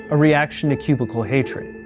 a reaction to cubicle hatred.